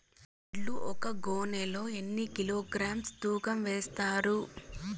వడ్లు ఒక గోనె లో ఎన్ని కిలోగ్రామ్స్ తూకం వేస్తారు?